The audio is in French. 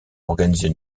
organiser